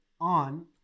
on